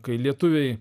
kai lietuviai